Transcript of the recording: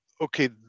Okay